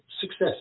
success